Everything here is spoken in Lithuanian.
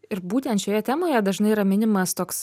ir būtent šioje temoje dažnai yra minimas toks